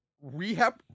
Rehab